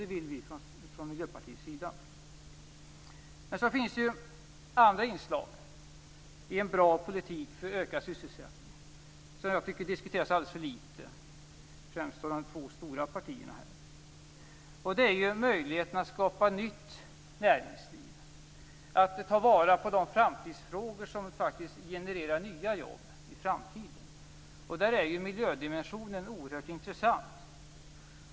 Det vill vi i Miljöpartiet. Sedan finns det ju andra inslag i en bra politik för ökad sysselsättning som jag tycker diskuteras alldeles för litet främst då av de två stora partierna här. Det gäller möjligheterna att skapa ett nytt näringsliv, att ta vara på de framtidsfrågor som faktiskt framöver genererar nya jobb. Där är miljödimensionen oerhört intressant.